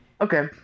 Okay